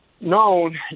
known